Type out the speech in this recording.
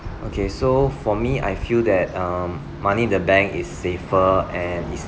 okay so for me I feel that um money in the bank is safer and is